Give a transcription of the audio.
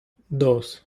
dos